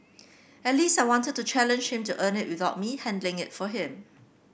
at least I wanted to challenge him to earn it without me handing it for him